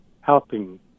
helping